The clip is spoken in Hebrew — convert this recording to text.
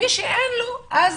ומי שאין לו אז